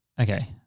Okay